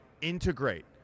integrate